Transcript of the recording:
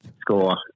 score